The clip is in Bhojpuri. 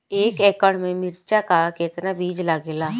एक एकड़ में मिर्चा का कितना बीज लागेला?